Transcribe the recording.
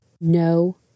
No